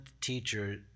teacher